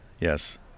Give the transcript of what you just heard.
Yes